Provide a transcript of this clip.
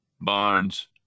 barnes